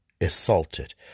assaulted